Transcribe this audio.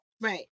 Right